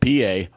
PA